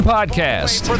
Podcast